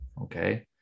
okay